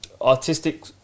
artistic